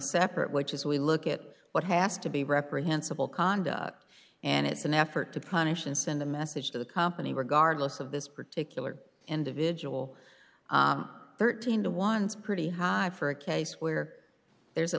separate which is we look at what has to be reprehensible conduct and it's an effort to punish and send a message to the company regardless of this particular individual thirteen to ones pretty high for a case where there's at